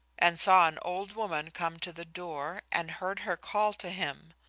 and saw an old woman come to the door and heard her call to him.